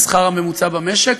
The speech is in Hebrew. לשכר הממוצע במשק,